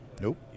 Nope